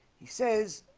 he says